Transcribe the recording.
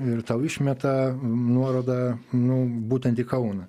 ir tau išmeta nuorodą nu būtent į kauną